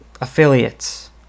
affiliates